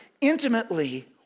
intimately